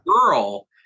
girl